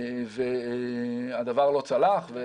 הדבר לא צלח.